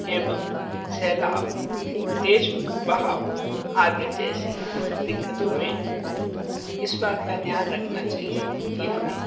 एवं सैलाब तेज बहाव आदि जैसी दिक्कतों में इस बात का ध्यान रखना चाहिए कि हमें